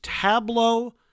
Tableau